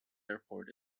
airport